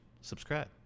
Subscribe